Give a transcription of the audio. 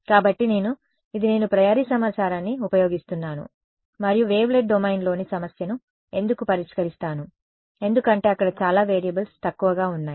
కాబట్టి నేను ఇది నేను ప్రియోరి సమాచారాన్ని ఉపయోగిస్తున్నాను మరియు వేవ్లెట్ డొమైన్లోని సమస్యను ఎందుకు పరిష్కరిస్తాను ఎందుకంటే అక్కడ చాలా వేరియబుల్స్ తక్కువగా ఉన్నాయి